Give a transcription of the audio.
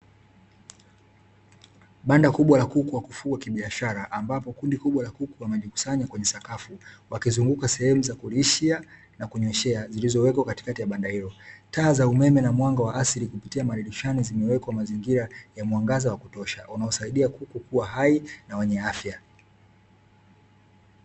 Banda kubwa la kuku wa kufugwa kibiashara, ambapo kundi kubwa la kuku wamejikusanya kwenye sakafu wakizunguka sehemu za kulishia na kunyweshea zilizowekwa katikati ya banda hilo, taa za umeme na mwanga wa asili kupitia madirishani zimewekwa mazingira ya mwangaza wa kutosha, unaosaidia kuku kuwa hai na wenye afya.